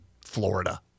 Florida